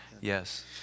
yes